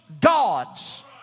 gods